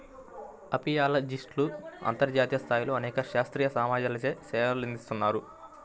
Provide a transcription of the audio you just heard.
అపియాలజిస్ట్లు అంతర్జాతీయ స్థాయిలో అనేక శాస్త్రీయ సమాజాలచే సేవలందిస్తున్నారు